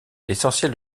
l’essentiel